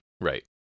Right